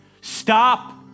stop